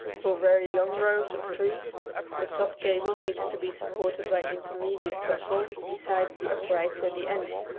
for very long rows of trees the top cable needs to be supported by intermediate trestles besides the uprights at the ends.